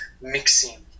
mixing